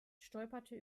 stolperte